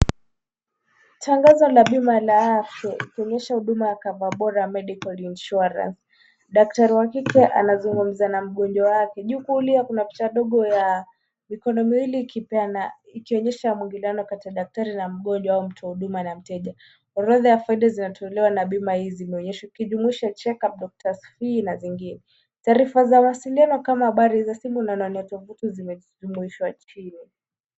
Tangazo la bima la afya likionyesha huduma ya Cover Bora Medical Insurance. Daktari wa kike anazungumza na mgonjwa wake. Juu kulia kuna picha dogo ya mikono miwili ikipeana ikionyesha mwingiliano kati ya daktari na mgonjwa au mtoa huduma na mteja. Orodha ya faida zinatolewa na bima hizi zimeonyeshwa ikijumuisha checkup, doctor's fee na zingine .Taarifa za mawasiliano kama nambari za simu na anwani ya tovuti zimejumuishwa chini.